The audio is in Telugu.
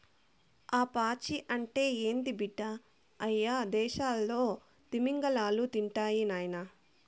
ఆ పాచి అంటే ఏంది బిడ్డ, అయ్యదేసాల్లో తిమింగలాలు తింటాయి నాయనా